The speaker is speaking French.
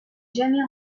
jamais